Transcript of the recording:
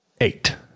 Eight